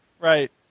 Right